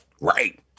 Right